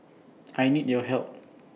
I need your help